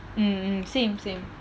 mm mm same same